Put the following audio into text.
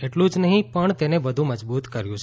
એટલુ જ નહી પણ તેને વધુ મજબુત કર્યુ છે